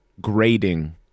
grading